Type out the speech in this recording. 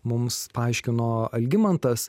mums paaiškino algimantas